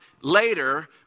later